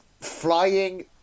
Flying